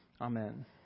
Amen